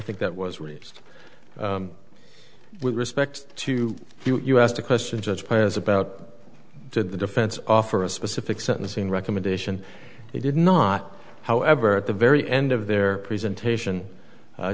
think that was raised with respect to you asked a question judge paez about did the defense offer a specific sentencing recommendation he did not however at the very end of their presentation